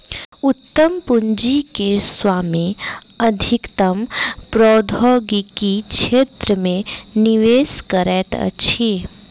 उद्यम पूंजी के स्वामी अधिकतम प्रौद्योगिकी क्षेत्र मे निवेश करैत अछि